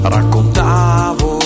Raccontavo